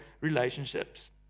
relationships